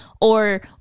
or-